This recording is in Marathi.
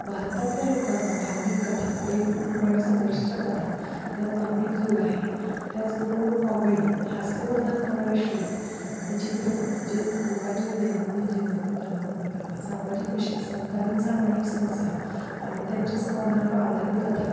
भारतातल्या लोकांना भावनिक कथा प्रेम कुटुंब आणि संघर्षाच्या कथा ज्यात भावनिक जोड आहे त्याचबरोबर कॉमेडी हास्यवर्धन करणारे शोज आणि चित्रपट जे लोकांच्या दैनंदिन जीवनातील तणाव कमी करतात सामाजिक विषय समकालीन सामाजिक समस्या आणि त्यांच्या समाधानावर आधारित कथा